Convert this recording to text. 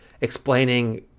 explaining